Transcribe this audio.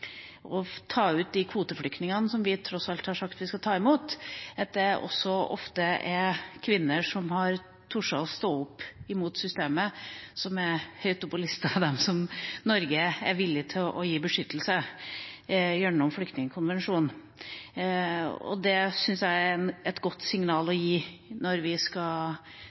å ta ut de kvoteflyktningene som vi tross alt har sagt at vi skal ta imot, ofte tar ut kvinner som har turt å stå opp mot systemet, og som er høyt oppe på lista over dem som Norge er villig til å gi beskyttelse til gjennom Flyktningkonvensjonen. Det syns jeg er et godt signal å gi når vi skal